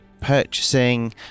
purchasing